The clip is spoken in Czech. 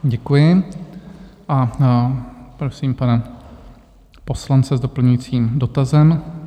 Děkuji a prosím pana poslance s doplňujícím dotazem.